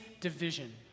division